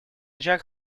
jack